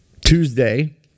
Tuesday